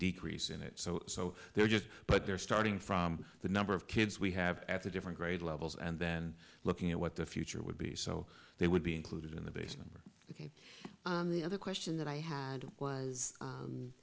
decrease in it so so they're just but they're starting from the number of kids we have at the different grade levels and then looking at what the future would be so they would be included in the basement the other question that i had was